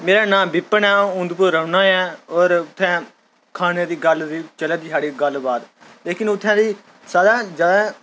मेरा नां बिपिन ऐ अ'ऊं उधमपुर रौह्न्ना ऐ और उत्थै खाने दी गल्ल चला दी साढ़ी गल्ल बात लेकिन उत्थै सारे हा जैदा